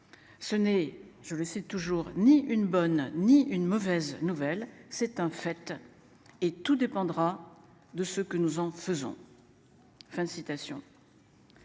Ce n'est, je le toujours ni une bonne ni une mauvaise nouvelle, c'est un fait et tout dépendra de ce que nous en faisons.